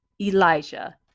Elijah